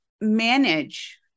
manage